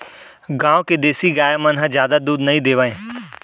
गॉँव के देसी गाय मन ह जादा दूद नइ देवय